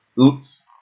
Oops